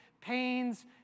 pains